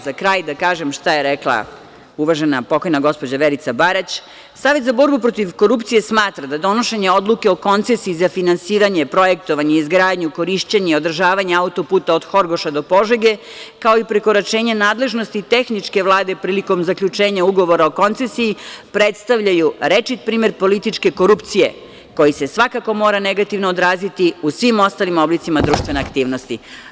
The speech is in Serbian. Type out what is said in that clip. Za kraj da kažem šta je rekla uvažen pokojna gospođa Vjerica Barać – Savet za borbu protiv korupcije smatra da donošenje odluke o koncesiji za finansiranje, projektovanje i izgradnju, korišćenje i održavanje autoputa od Horgoša do Požege, kao i prekoračenje nadležnosti tehničke vlade prilike zaključenja ugovora o koncesiji predstavljaju rečit primer političke korupcije koji se svakako mora negativno odraziti u svim ostalim oblicima društvene aktivnosti.